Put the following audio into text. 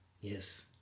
Yes